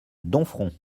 domfront